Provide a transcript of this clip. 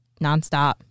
nonstop